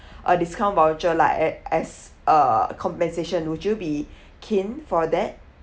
a discount voucher like at as a compensation would you be keen for that